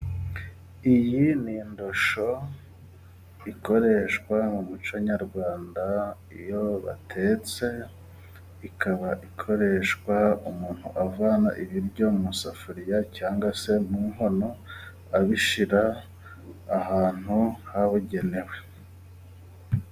Uyu ni umudaho ukoreshwa mu muco nyarwanda, iyo batetse ikaba ikoreshwa umuntu avana ibiryo mu isafuriya cyangwa se mu nkono abishyira ahantu habugenewe.